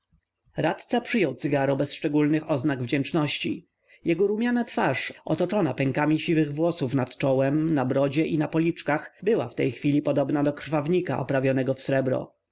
radca przyjął cygaro bez szczególnych oznak wdzięczności jego rumiana twarz otoczona pękami siwych włosów nad czołem na brodzie i na policzkach była w tej chwili podobna do krwawnika oprawionego w srebro